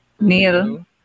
Neil